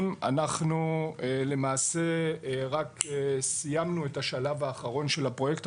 אנחנו למעשה רק סיימנו את השלב האחרון של הפרויקט,